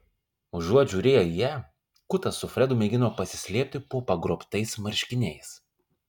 užuot žiūrėję į ją kutas su fredu mėgino pasislėpti po pagrobtais marškiniais